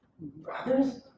brothers